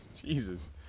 Jesus